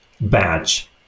badge